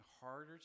harder